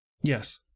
Yes